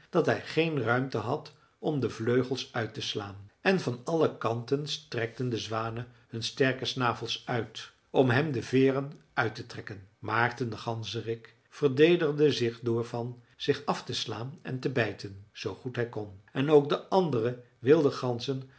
dat hij geen ruimte had om de vleugels uit te slaan en van alle kanten strekten de zwanen hun sterke snavels uit om hem de veeren uit te trekken maarten de ganzerik verdedigde zich door van zich af te slaan en te bijten zoo goed hij kon en ook de andere wilde ganzen